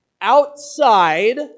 outside